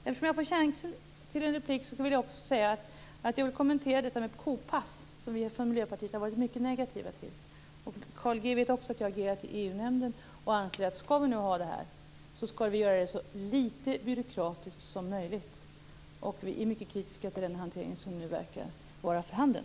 Eftersom jag fick en replik vill jag också kommentera detta med kopass, som vi i Miljöpartiet har varit mycket negativa till. Carl G Nilsson vet också att jag har agerat i EU-nämnden. Jag anser att om vi skall ha det här skall vi göra det så litet byråkratiskt som möjligt. Vi är mycket kritiska till den hantering som nu verkar vara för handen.